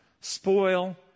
spoil